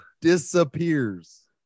disappears